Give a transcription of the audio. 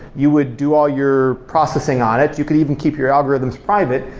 you would do all your processing on it, you could even keep your algorithms private,